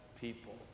people